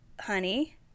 honey